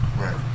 Right